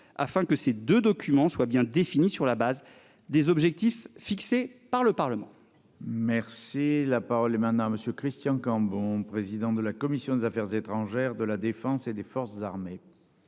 afin que ces 2 documents soient bien définies sur la base des objectifs fixés par le Parlement. Merci la parole est maintenant monsieur Christian Cambon, président de la commission des affaires étrangères de la Défense et des forces armées.